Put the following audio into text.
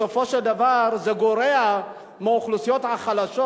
בסופו של דבר זה גורע מאוכלוסיות החלשות,